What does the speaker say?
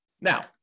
Now